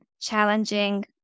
challenging